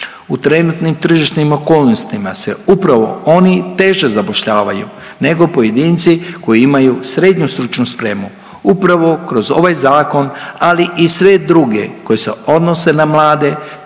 U trenutnim tržišnim okolnostima se upravo oni teže zapošljavaju, nego pojedinci koji imaju srednju stručnu spremu. Upravo kroz ovaj Zakon, ali i sve druge koji se odnose na mlade